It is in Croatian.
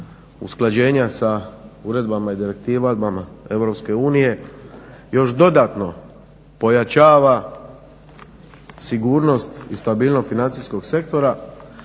usklađenja sa uredbama i direktivama EU još dodano pojačava sigurnost i stabilnost financijskog sektora